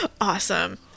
awesome